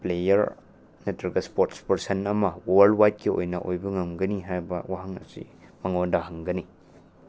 player ꯅꯠꯇ꯭ꯔꯒ sports person ꯑꯃ world ꯋꯥꯏꯗꯀꯤ ꯑꯣꯏꯅ ꯑꯣꯏꯕ ꯉꯝꯒꯅꯤ ꯍꯥꯏꯕ ꯋꯥꯍꯪ ꯑꯁꯤ ꯃꯥꯉꯣꯟꯗ ꯍꯪꯒꯅꯤ